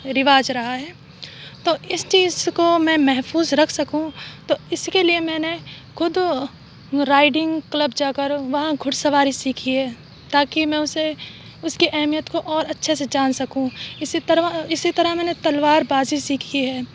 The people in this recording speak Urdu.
رواج رہا ہے تو اس چیز کو میں محفوظ رکھ سکوں تو اس کے لیے میں نے خود رائڈنگ کلب جا کر وہاں گھڑ سواری سیکھی ہے تاکہ میں اسے اس کی اہمیت کو اور اچھے سے جان سکوں اسی طرح اسی طرح میں نے تلوار بازی سیکھی ہے